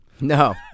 No